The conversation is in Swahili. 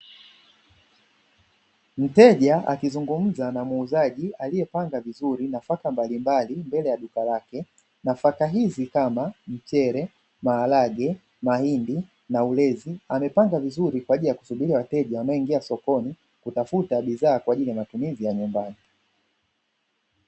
Mteja akizungumza na muuzaji aliyepanga vizuri nafaka mbalimbali, mbele ya duka lake nafaka hizi kama; mchele, maharage, mahindi na ulezi anayepanga vizuri kwa ajili ya kusubiria wateja wanaoingia sokoni kuafuta bidhaa kwa ajili ya matumizi ya nyumbani.